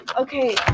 Okay